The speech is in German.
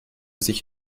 sich